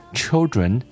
children